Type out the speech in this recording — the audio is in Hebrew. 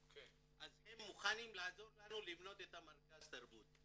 אז הם מוכנים לעזור לנו לבנות את מרכז התרבות,